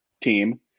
team